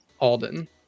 Alden